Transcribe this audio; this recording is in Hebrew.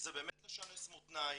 זה באמת לשנס מתניים,